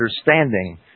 understanding